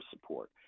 support